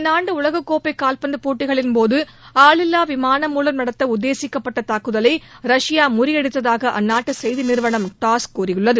இந்த ஆண்டு உலகக்கோப்பை கால்பந்து போட்டிகளின் போது ஆளில்லா விமானம் மூலம் நடத்த உத்தேசிக்கப்பட்ட தூக்குதலை ரஷ்யா முறியடித்ததாக அந்நாட்டு செய்தி நிறுவனம் டாஸ் கூறியுள்ளது